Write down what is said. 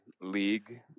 league